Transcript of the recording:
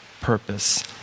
purpose